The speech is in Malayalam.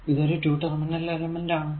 ഇതൊരു 2 ടെർമിനൽ എലമെന്റ് ആണ്